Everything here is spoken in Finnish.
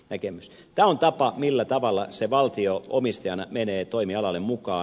tämä on tapa millä tavalla se valtio omistajana menee toimialalle mukaan